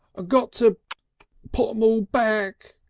ah got to puttem all back!